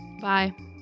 Bye